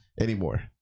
anymore